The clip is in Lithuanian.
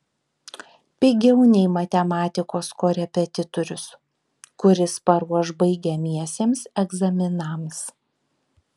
pigiau nei matematikos korepetitorius kuris paruoš baigiamiesiems egzaminams